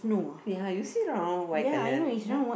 ya you see round white colour you know